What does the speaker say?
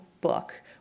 book